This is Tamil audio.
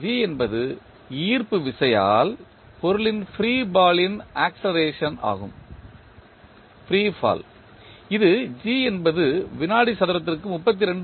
g என்பது ஈர்ப்பு விசையால் பொருளின் ஃப்ரீ ஃபால் ன் ஆக்ஸெலரேஷன் ஆகும் இது g என்பது வினாடி சதுரத்திற்கு 32